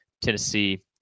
Tennessee